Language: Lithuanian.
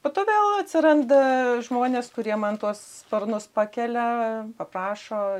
po to vėl atsiranda žmonės kurie man tuos sparnus pakelia paprašo